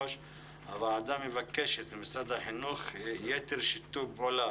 הוועדה מבקשת ממשרד החינוך יתר שיתוף פעולה